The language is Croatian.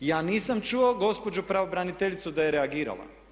Ja nisam čuo gospođu pravobraniteljicu da je reagirala.